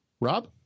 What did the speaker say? Rob